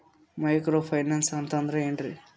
Micro finance ಅಂತಂದ್ರ ಏನ್ರೀ?